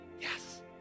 Yes